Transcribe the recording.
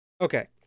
okay